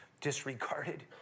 disregarded